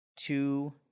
Two